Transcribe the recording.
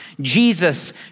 Jesus